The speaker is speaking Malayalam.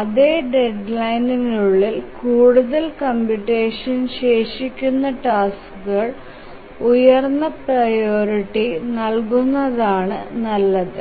അതേ ഡെഡ്ലൈനിനുള്ളിൽ കൂടുതൽ കംപ്യൂടടെഷൻ ശേഷിക്കുന്ന ടാസ്കുകൾക്കു ഉയർന്ന പ്രിയോറിറ്റി നൽകുന്നതാണ് നല്ലത്